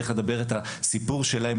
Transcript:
איך לדבר את הסיפור שלהם,